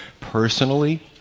personally